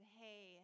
hey